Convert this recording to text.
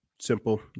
simple